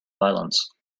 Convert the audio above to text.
violence